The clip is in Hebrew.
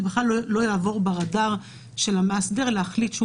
זה בכלל לא יעבור ברדאר של המאסדר להחליט שהוא